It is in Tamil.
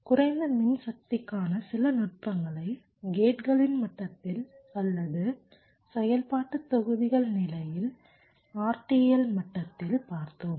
குறைந்த மின்சக்திக்கான சில நுட்பங்களை கேட்களின் மட்டத்தில் அல்லது செயல்பாட்டுத் தொகுதிகள் நிலையில் RTL மட்டத்தில் பார்த்தோம்